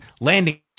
landing